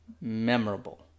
memorable